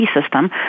system